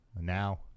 Now